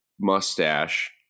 mustache